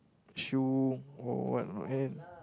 shoe or what or not eh